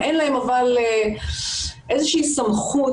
אין להם אבל איזושהי סמכות.